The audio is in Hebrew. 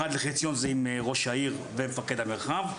אחת לחציון זה עם ראש העיר ומפקד המרחב,